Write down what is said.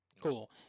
Cool